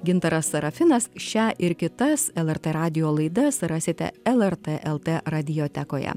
gintaras serafinas šią ir kitas lrt radijo laidas rasite lrt lt radiotekoje